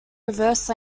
reverse